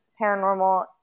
paranormal